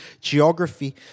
geography